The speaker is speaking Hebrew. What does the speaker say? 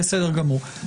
בסדר גמור.